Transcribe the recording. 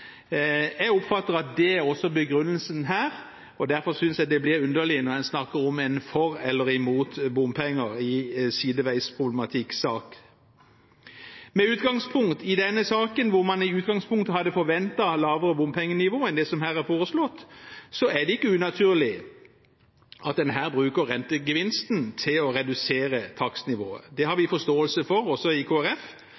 Jeg oppfatter at det også er begrunnelsen her, og derfor synes jeg det blir underlig når en snakker om at en er for eller imot bompenger i en sideveiproblematikksak. Med utgangspunkt i denne saken, der man i utgangspunktet hadde forventet lavere bompengenivå enn det som her er foreslått, er det ikke unaturlig at en bruker rentegevinsten til å redusere takstnivået. Det har også vi i Kristelig Folkeparti forståelse for,